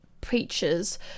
preachers